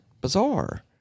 bizarre